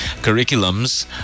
curriculums